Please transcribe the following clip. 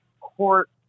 court